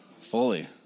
Fully